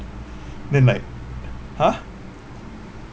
then like ha